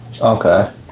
Okay